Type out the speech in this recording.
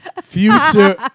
Future